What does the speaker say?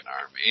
army